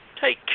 take